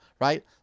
right